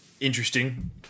Interesting